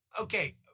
okay